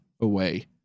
away